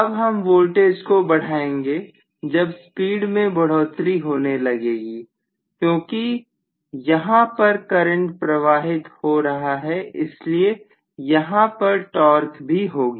अब हम वोल्टेज को बढ़ाएंगे जब स्पीड में बढ़ोतरी होने लगेगी क्योंकि जहां पर करंट प्रवाहित हो रहा है इसलिए यहां पर टॉर्क भी होगी